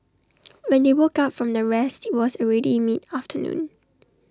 when they woke up from their rest IT was already mid afternoon